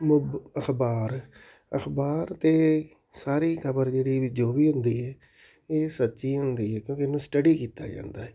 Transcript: ਅਖ਼ਬਾਰ ਅਖ਼ਬਾਰ 'ਤੇ ਸਾਰੀ ਖ਼ਬਰ ਜਿਹੜੀ ਜੋ ਵੀ ਹੁੰਦੀ ਹੈ ਇਹ ਸੱਚੀ ਹੁੰਦੀ ਹੈ ਕਿਉਂਕਿ ਇਹਨੂੰ ਸਟਡੀ ਕੀਤਾ ਜਾਂਦਾ